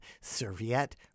serviette